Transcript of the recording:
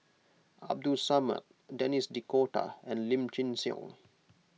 Abdul Samad Denis D'Cotta and Lim Chin Siong